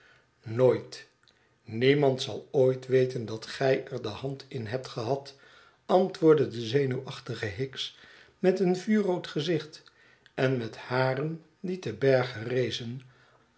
nooit niemand zal ooit weten dat gij erde hand in hebt gehad antwoordde de zenuwachtige hicks met een vuurrood gezicht en met haren die te berge rezen